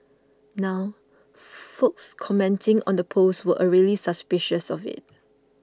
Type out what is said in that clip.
now folks commenting on the post were already suspicious of it